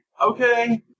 Okay